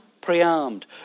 pre-armed